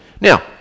Now